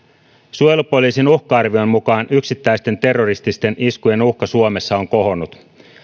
suojelupoliisin uhka arvion mukaan yksittäisten terrorististen iskujen uhka suomessa on kohonnut